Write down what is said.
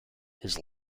his